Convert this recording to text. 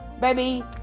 Baby